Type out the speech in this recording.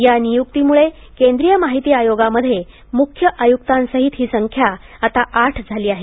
या नियुक्तीमुळे केंद्रिय माहिती आयोगामध्ये मुख्य आयुक्तांसहित ही संख्या आता आठ झाली आहे